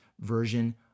version